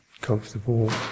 comfortable